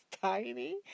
tiny